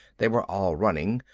they were all running,